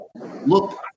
look